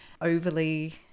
overly